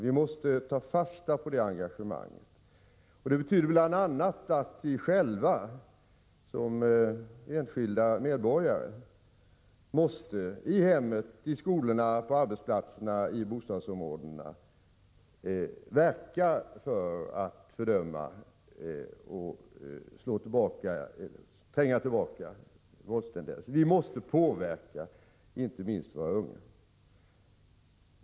Vi måste ta fasta på det engagemanget. Det betyder bl.a. att vi själva som enskilda medborgare måste i hemmet, i skolorna, på arbetsplatserna, i bostadsområdena verka för att fördöma och tränga tillbaka våldstendenser. Vi måste påverka inte minst våra unga.